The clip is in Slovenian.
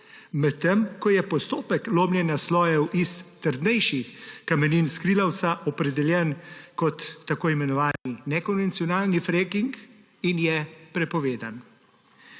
medtem ko je postopek lomljenja slojev iz trdnejših kamenin skrilavca opredeljen kot tako imenovani nekonvencionalni fracking in je prepovedan.